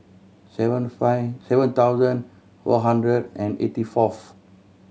seven five seven thousand four hundred and eighty fourth